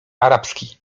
arabski